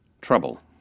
trouble